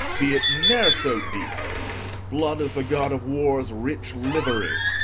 be it ne'er so deep blood is the god of war's rich livery.